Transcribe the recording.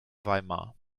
weimar